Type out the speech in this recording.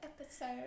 episode